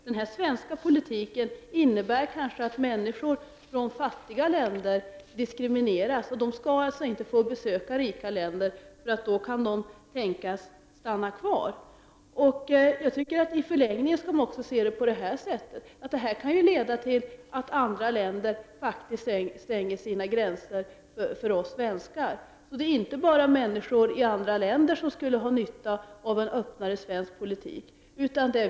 Den här svenska politiken innebär kanske att människor från fattiga länder diskrimineras, och de skall alltså inte få besöka rika länder, eftersom de kan tänkas stanna kvar där. I förlängningen skall man också se frågan på det sättet att detta kan leda till att andra länder faktiskt stänger sina gränser för oss svenskar. Det är inte bara människor i andra länder som skulle ha nytta av en öppnare svensk politik.